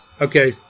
Okay